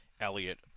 Elliot